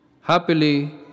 Happily